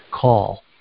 call